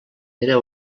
era